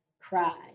cry